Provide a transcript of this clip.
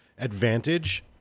advantage